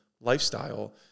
lifestyle